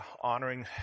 honoring